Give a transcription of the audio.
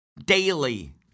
Daily